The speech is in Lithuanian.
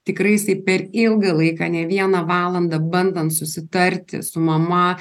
tikrai jisai per ilgą laiką ne vieną valandą bandant susitarti su mama